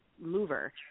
mover